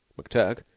McTurk